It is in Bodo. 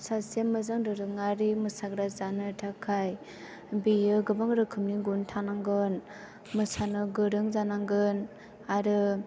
सासे मोजां दोरोङारि मोसाग्रा जानो थाखाय बेयो गोबां रोखोमनि गुन थानांगोन मोसानो गोरों जानांगोन आरो